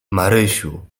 marysiu